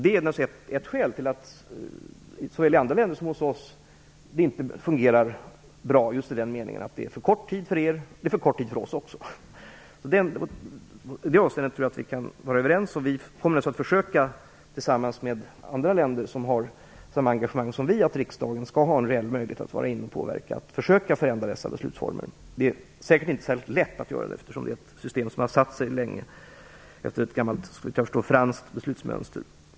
Det är naturligtvis ett skäl till att det i såväl andra länder som hos oss inte fungerar bra i den meningen att det är för kort tid för er och det är för kort tid även för oss. I det avseendet tror jag att vi kan vara överens. Vi kommer naturligtvis att försöka, tillsammans med andra länder som har samma engagemang som vi, att ändra dessa beslutsformer så att riksdagen skall få en reell möjlighet att påverka. Det är säkert inte särskilt lätt att göra det, eftersom det är ett system som har satt sig sedan länge efter ett gammalt, såvitt jag förstår, franskt beslutsmönster.